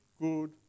good